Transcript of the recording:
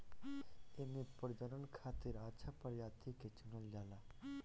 एमे प्रजनन खातिर अच्छा प्रजाति के चुनल जाला